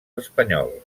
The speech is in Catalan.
espanyols